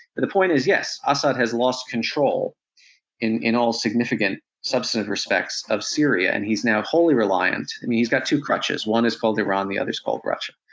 the point is, yes, assad has lost control in in all significant, substantive aspects of syria. and he's now wholly reliant i mean he's got two crutches. one is called iran, and the other's called russia.